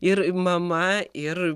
ir mama ir